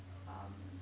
um